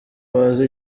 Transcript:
bazi